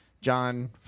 John